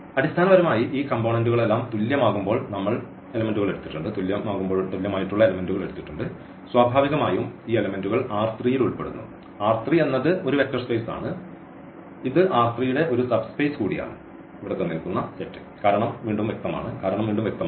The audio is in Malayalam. അടിസ്ഥാനപരമായി ഈ കംപോണന്റുകളെല്ലാം തുല്യമാകുമ്പോൾ നമ്മൾ എലെമെന്റുകൾ എടുത്തിട്ടുണ്ട് സ്വാഭാവികമായും ഈ എലെമെന്റുകൾ ൽ ഉൾപ്പെടുന്നു എന്നത് ഒരു വെക്റ്റർ സ്പേസ് ആണ് ഇത് ന്റെ ഒരു സബ് സ്പേസ് കൂടിയാണ് കാരണം വീണ്ടും വ്യക്തമാണ്